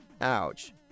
ouch